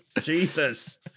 Jesus